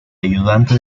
ayudante